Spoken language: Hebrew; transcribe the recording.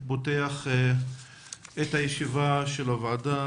ואני פותח את ישיבת הוועדה.